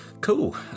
Cool